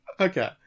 Okay